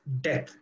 death